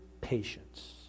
patience